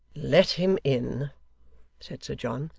let him in said sir john.